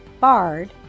BARD